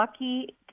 lucky